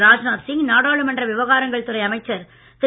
ராஜ்நாத் சிங் நாடாளுமன்ற விவகாரங்கள் துறை அமைச்சர் திரு